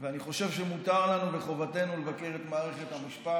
ואני חושב שמותר לנו וחובתנו לבקר את מערכת המשפט.